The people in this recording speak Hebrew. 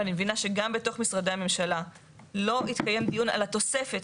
ואני מבינה שגם בתוך משרדי הממשלה לא התקיים דיון על התוספת.